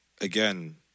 again